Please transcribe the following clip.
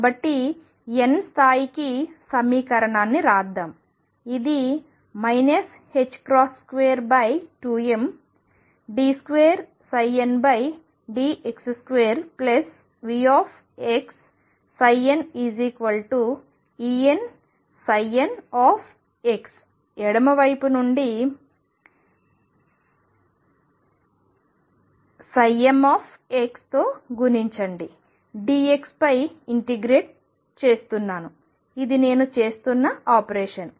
కాబట్టి nth స్థాయికి సమీకరణాన్ని రాద్దాం ఇది 22md2ndx2VxnEnn ఎడమవైపు నుండి m తో గుణించండి dxపై ఇంటిగ్రేట్ చేస్తున్నాను ఇది నేను చేస్తున్న ఆపరేషన్